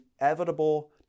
inevitable